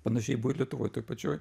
panašiai buvo ir lietuvoj toj pačioj